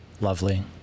Lovely